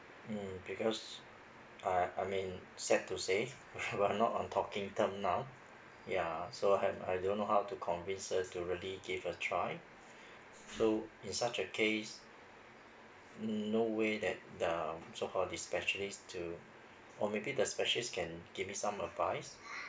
mm because I I mean sad to say we are not on talking term now ya so have I don't know how to convince her to really give a try so in such a case mm no way that the so called this specialist to or maybe the specialist can give me some advice